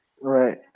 Right